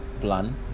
plan